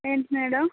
ఏంటి మేడం